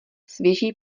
svěží